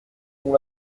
dont